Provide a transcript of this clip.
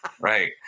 Right